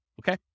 okay